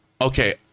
Okay